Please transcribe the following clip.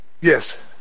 Yes